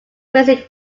music